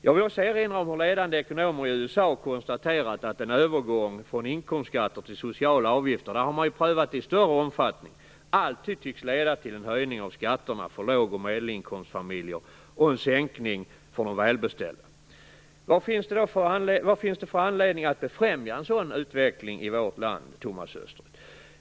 Jag vill också erinra om hur ledande ekonomer i USA konstaterat att en övergång från inkomstskatter till sociala avgifter - där har man ju prövat det i större omfattning - alltid tycks leda till en höjning av skatterna för låg och medelinkomstfamiljer och en sänkning för de välbeställda. Vad finns det för anledning att befrämja en sådan utveckling i vårt land, Thomas Östros?